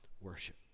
worship